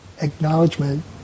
acknowledgement